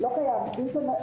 לא קיים.